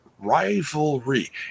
rivalry